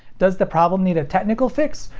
does the problem need a technical fix,